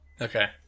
Okay